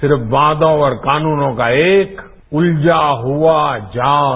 सिर्फ वायदों और कानूनों का एक उलझा हुआ जाल